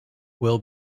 will